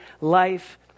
life